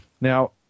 Now